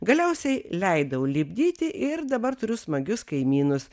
galiausiai leidau lipdyti ir dabar turiu smagius kaimynus